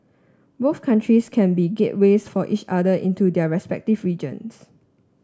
both countries can be gateways for each other into their respective regions